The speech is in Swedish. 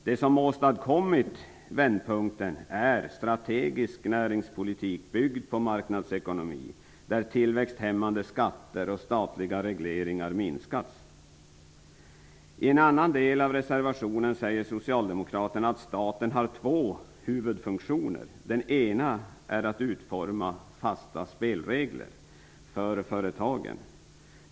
Det som har åstadkommit vändpunkten är en strategisk näringspolitik byggd på marknadsekonomi, där tillväxthämmande skatter och statliga regleringar minskats. Socialdemokraterna att staten har två huvudfunktioner. Den ena är att utforma fasta spelregler för företagen.